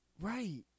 Right